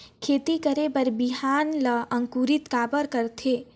खेती करे बर बिहान ला अंकुरित काबर करथे?